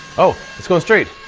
oh it's going straight.